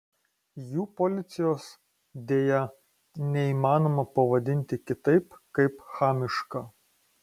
jų policijos deja neįmanoma pavadinti kitaip kaip chamiška